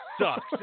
sucks